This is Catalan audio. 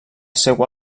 seu